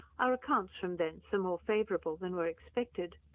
our accounts from thence are more favourable than were expected.